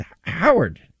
Howard